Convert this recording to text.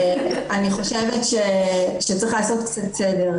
אני חושבת שצריך לעשות סדר.